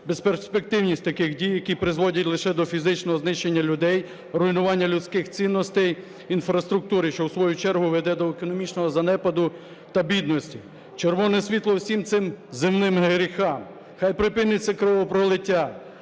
безперспективність таких дій, які призводять лише до фізичного знищення людей, руйнування людських цінностей, інфраструктури, що в свою чергу веде до економічного занепаду та бідності. Червоне світло всім цим земним гріхам, хай припиниться кровопролиття.